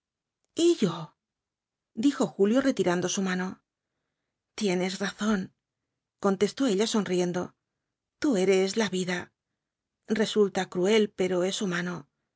y yo dijo julio retirando su mano tienes razón contestó ella sonriendo tú eres la vida resulta cruel pero es humano